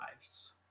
lives